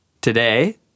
Today